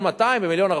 ב-1.2 מיליון?